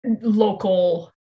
local